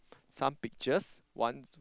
some pictures one